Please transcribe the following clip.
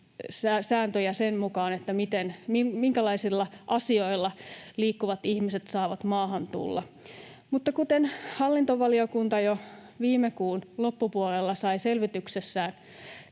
sääntöjä sen mukaan, minkälaisilla asioilla liikkuvat ihmiset saavat maahan tulla. Mutta kuten hallintovaliokunta jo viime kuun loppupuolella sai saamassaan